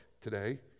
today